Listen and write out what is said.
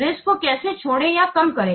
risk को कैसे छोड़ें या कम करें